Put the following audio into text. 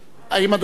האם אדוני,